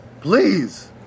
please